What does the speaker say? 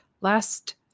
Last